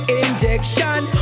injection